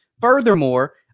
Furthermore